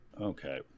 okay